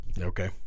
Okay